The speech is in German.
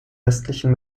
westlichen